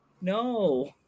No